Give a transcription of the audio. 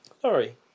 Sorry